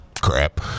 crap